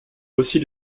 aussi